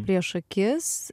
prieš akis